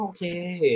Okay